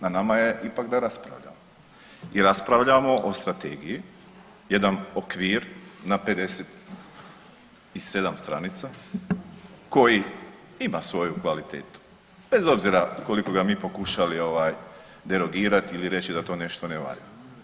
Na nama je ipak da raspravljamo i raspravljamo o Strategiji, jedan okvir na 57 stranica koji ima svoju kvalitetu, bez obzira koliko ga mi pokušali, ovaj, derogirati ili reći da to nešto ne valja.